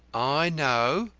i know,